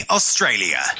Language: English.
Australia